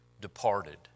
departed